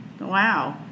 wow